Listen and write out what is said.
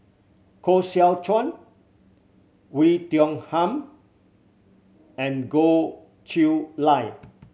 Koh Seow Chuan We Tiong Ham and Goh Chiew Lye